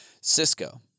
Cisco